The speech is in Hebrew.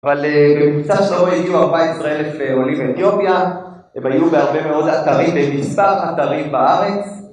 אבל במבצע שלמה הגיעו 14,000 עולים מאתיופיה, הם היו בהרבה מאוד אתרים, במספר אתרים בארץ...